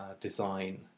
design